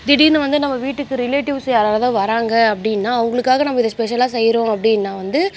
திடீரென்னு வந்து நம்ம வீட்டுக்கு ரிலேட்டிவ்ஸ் யாராவது வராங்க அப்படின்னா அவங்களுக்காக நம்ம இதை ஸ்பெஷலாக செய்கிறோம் அப்படின்னா வந்து